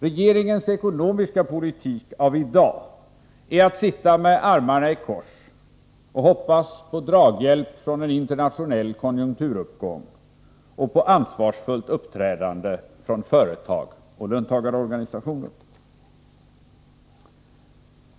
Regeringens ekonomiska politik av i dag är att sitta med armarna i kors och hoppas på draghjälp från en internationell konjunkturuppgång och på ansvarsfullt uppträdande från företag och löntagarorganisationer.